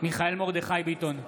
מיכאל מרדכי ביטון,